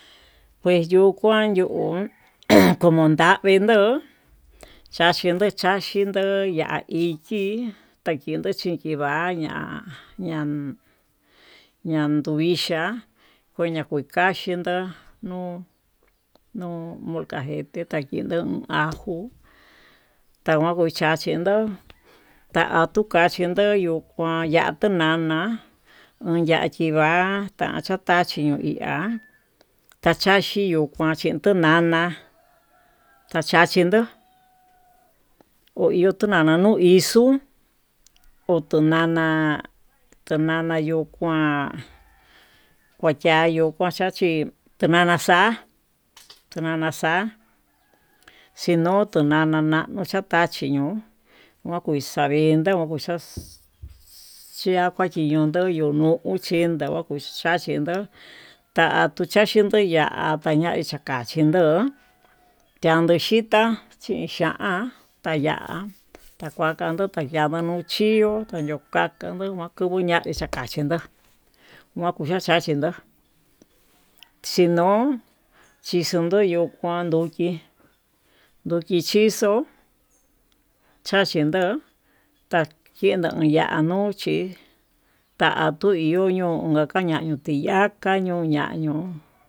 Kuex yuu kuan yuu an komandavii ndo'ó xhachindo xhachindo yi'á ichi takiyo chikiva'a ña'a, ña ñandoixhia kuu ña kikaxhinró nuu nuu molcajete ta kendo ajo tanguan kuu chachi ndo'o ta'a tuu kaxhinro nuu kuan tuu nana uun yachii va'a, ya tachachi yuu nuu ihá kaxhaxi yuu kuatan tuu nana tachachinru ho iho tu nana nuu hixo'o ho tuu nana tu nana yuu kuán kuayayu kua chachoí tu nana xa'a tu nana xa'á xhino tu nana nano'o xhatá chí ñuu noko xavindo nokuu xhata xhinundú yuu nuu kuchicho ta'a kutaxhii no'ó ta'a tuu tayinró ya'á taña'a takaxhi nro'ó, tianduu xhita yuu xhiá taya'a takuankandó tandia na'a nuchí chio tanukaka ñuu ñakubuu ña'í takaxhi nró makuu nuxhaxhi nró xhino'o chikundu yuu kuandó, kii nuu kixhixó chachindó tachindo ya'a nuu chí ta'a tuu iyuu ño'o anka ñaño'o tiyaká ñuu ña'a ño'ó.